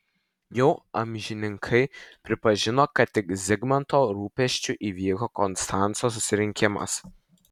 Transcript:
jau amžininkai pripažino kad tik zigmanto rūpesčiu įvyko konstanco susirinkimas